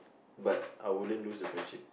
but I wouldn't lose the friendship